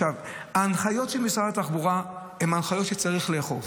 ההנחיות של משרד התחבורה הן הנחיות שצריך לאכוף.